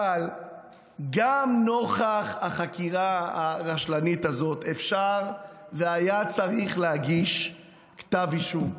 אבל גם נוכח החקירה הרשלנית הזאת אפשר והיה וצריך להגיש כתב אישום.